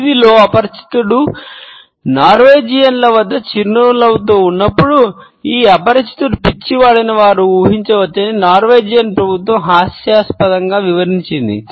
వీధిలో అపరిచితుడు నార్వేజియన్ల ప్రభుత్వం హాస్యాస్పదంగా వివరించింది